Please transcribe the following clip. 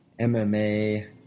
MMA